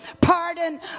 pardon